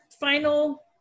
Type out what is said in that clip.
final